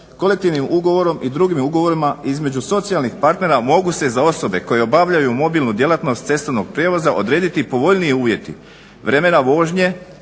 "Kolektivnim ugovorom i drugim ugovorima između socijalnih partnera mogu se za osobe koje obavljaju mobilnu djelatnost cestovnog prijevoza odrediti povoljniji uvjeti vremena vožnje,